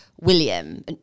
William